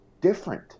different